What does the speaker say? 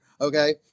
Okay